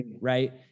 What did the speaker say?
Right